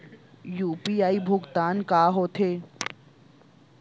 UPI भुगतान का होथे?